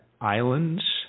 Islands